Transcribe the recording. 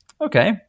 okay